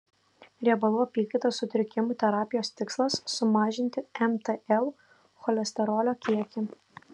riebalų apykaitos sutrikimų terapijos tikslas sumažinti mtl cholesterolio kiekį